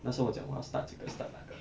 那时候我讲我要 start 这个 start 那个